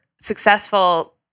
successful